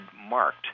marked